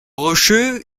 rocheux